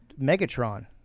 Megatron